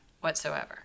Whatsoever